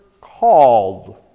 called